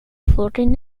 bevolking